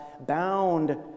bound